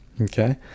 Okay